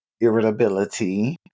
irritability